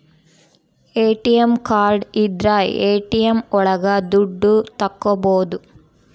ATM card ಇದ್ರ ATM ಒಳಗ ದುಡ್ಡು ತಕ್ಕೋಬೋದು